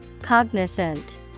Cognizant